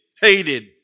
hated